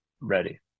ready